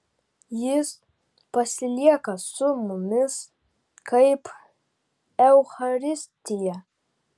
jis pasilieka su mumis kaip eucharistija